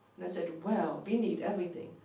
and i said, well, we need everything.